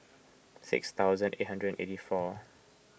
six thousand eight hundred and eighty four